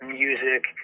music